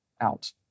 out